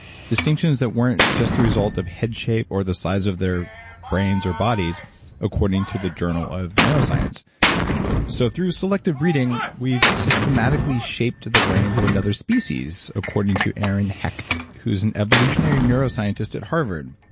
distinctions that weren't just the result of head shape or the size of their brains or bodies according to the journal of neuroscience so through selective breeding, we've systematically shaped the brains of another species, according to erin hecht who's an evolutionary neuroscientist at harvard.